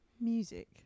music